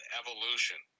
evolution